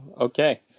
Okay